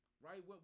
right